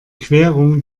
querung